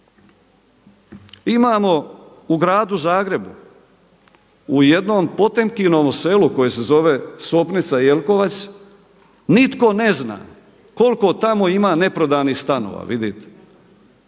imamo u gradu Zagrebu u jednom Potemkinovom selu koje se zove Sopnica-Jelkovac nitko ne zna koliko tamo ima neprodanih stanova, vidite.